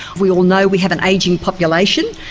we all know we have an ageing population,